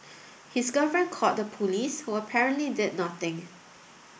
his girlfriend called the police who apparently did nothing